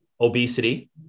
obesity